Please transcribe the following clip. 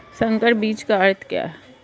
संकर बीज का अर्थ क्या है?